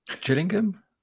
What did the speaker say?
Gillingham